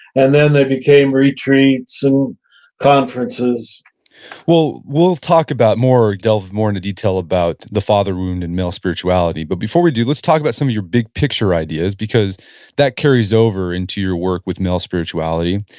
and then they became retreats and conferences well, we'll talk about more, delve more into detail about the father wound and male spirituality, but before we do, let's talk about some of your big picture ideas, because that carries over into your work with male spirituality.